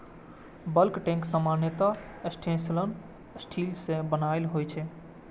bulk tank सामान्यतः stainless steel सं बनल होइ छै